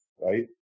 right